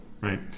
right